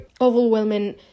overwhelming